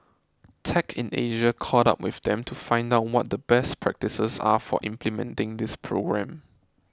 tech in Asia caught up with them to find out what the best practices are for implementing this program